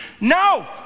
no